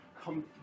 come